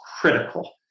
critical